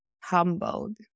humbled